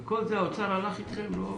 עם כל זה האוצר הלך אתכם?